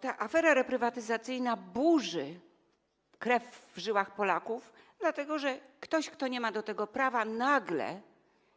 Ta afera reprywatyzacyjna burzy krew w żyłach Polaków, dlatego że ktoś, kto nie ma do tego prawa, nagle,